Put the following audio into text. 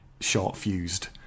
short-fused